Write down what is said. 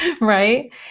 right